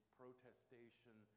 protestation